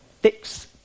Fix